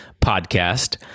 podcast